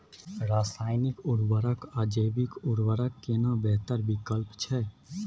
रसायनिक उर्वरक आ जैविक उर्वरक केना बेहतर विकल्प छै?